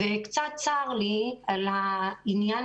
צר לי על כך